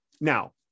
now